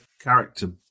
character